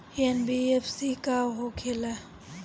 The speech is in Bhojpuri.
एन.बी.एफ.सी का होंखे ला?